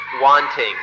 wanting